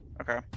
Okay